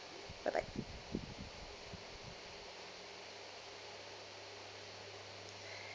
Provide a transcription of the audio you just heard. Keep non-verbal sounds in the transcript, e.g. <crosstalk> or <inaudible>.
bye bye <breath>